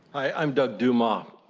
i am doug demoss,